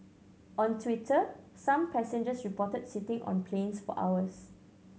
on Twitter some passengers reported sitting on planes for hours